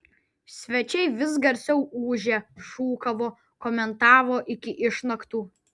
svečiai vis garsiau ūžė šūkavo komentavo iki išnaktų